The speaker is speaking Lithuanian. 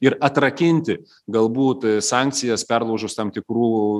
ir atrakinti galbūt sankcijas perlaužus tam tikrų